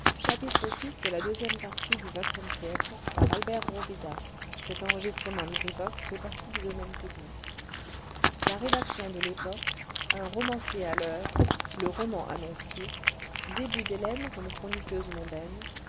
la rédaction de l'epoque un romancier à l'heure le roman annoncier annoncier d'hélène comme chroniqueuse mondaine